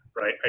right